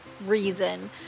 reason